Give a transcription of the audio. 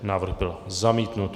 Návrh byl zamítnut.